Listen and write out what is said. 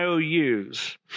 IOUs